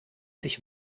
sich